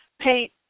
paint